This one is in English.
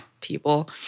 people